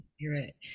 spirit